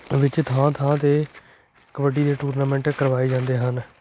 ਵਿੱਚ ਥਾਂ ਥਾਂ 'ਤੇ ਕਬੱਡੀ ਦੇ ਟੂਰਨਾਮੈਂਟ ਕਰਵਾਏ ਜਾਂਦੇ ਹਨ